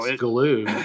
glue